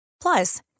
Plus